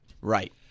Right